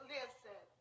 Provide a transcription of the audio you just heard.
Listen